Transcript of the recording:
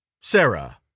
Sarah